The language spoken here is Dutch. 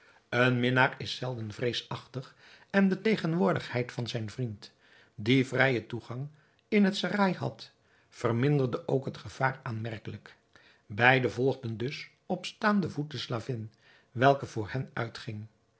een minnaar is zelden vreesachtig en de tegenwoordigheid van zijn vriend die vrijen toegang in het serail had verminderde ook het gevaar aanmerkelijk beide volgden dus op staanden voet de slavin welke voor hen uitging